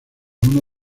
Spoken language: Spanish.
uno